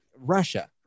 Russia